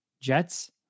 Jets